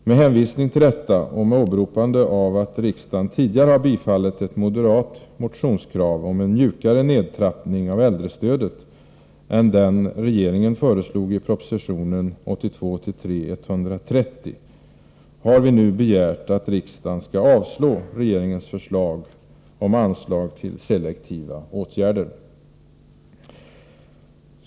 Med hänvisning till detta och under åberopande av att riksdagen tidigare har bifallit ett moderat motionskrav om en mjukare nedtrappning av äldrestödet än den regeringen föreslog i proposition 1982/83:130, har vi nu begärt att riksdagen skall avslå regeringens förslag om anslag till selektiva åtgärder.